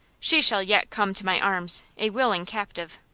she shall yet come to my arms, a willing captive.